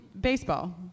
Baseball